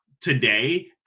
today